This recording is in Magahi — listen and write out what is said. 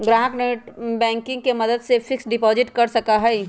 ग्राहक नेटबैंकिंग के मदद से फिक्स्ड डिपाजिट कर सका हई